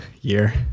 year